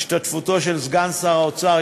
של סגן שר האוצר,